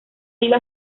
iba